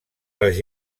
les